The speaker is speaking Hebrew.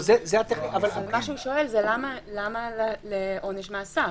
מה שהוא שואל זה למה עונש מאסר.